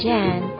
Jan